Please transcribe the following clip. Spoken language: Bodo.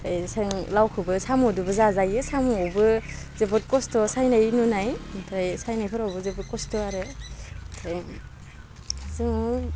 फ्राय सों लावखौबो साम'दोबो जाजायो साम'बो जोबोद खस्थ' सायनाइ नुनाय ओमफ्राय सायनावफोरावबो जोबोद खस्थ' आरो फ्राय जों